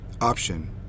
Option